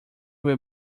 will